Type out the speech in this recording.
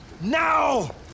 now